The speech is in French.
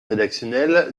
rédactionnel